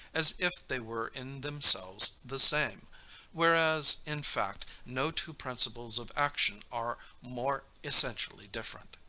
as if they were in themselves the same whereas, in fact, no two principles of action are more essentially different.